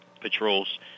patrols